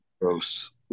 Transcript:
gross